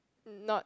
not